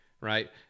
right